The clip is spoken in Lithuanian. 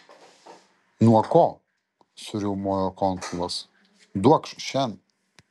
nuo ko suriaumojo konsulas duokš šen